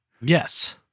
Yes